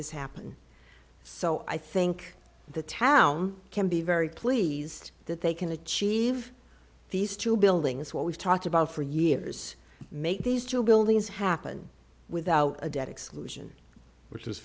this happen so i think the town can be very pleased that they can achieve these two buildings what we've talked about for years make these two buildings happen without a debt exclusion which